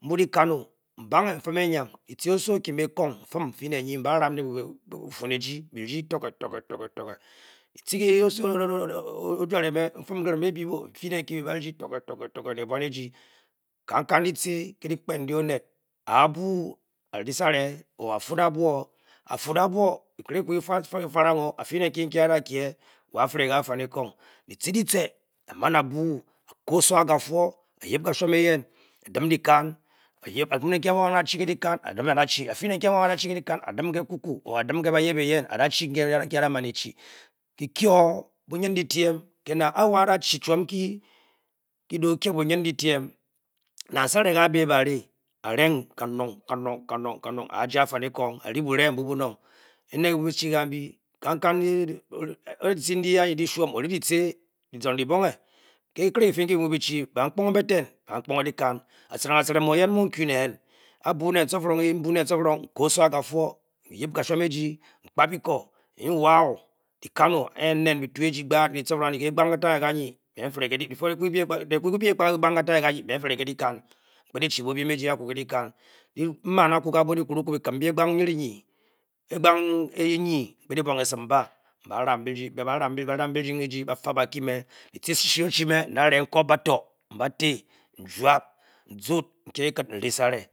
Meng lekan oh mbeng mpen uyam lafi osowor oremi eton nufem efe le yo baram le no fuu gi mba di hang nang a ful abio o yep ka shuran me yen odem le lakan le coeoa yen ban pkong la han eiye hashum egi nwa a pe debe a ba lamb he deng mdi mfe hati shi shi ofe me anta le ahob pator njupe nzud ntahd kue di nlesale